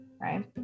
Right